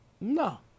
no